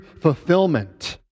fulfillment